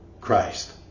Christ